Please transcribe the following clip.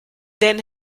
then